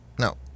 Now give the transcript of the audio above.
No